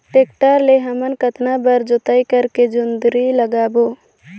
Tractor ले हमन कतना बार जोताई करेके जोंदरी लगाबो?